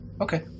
Okay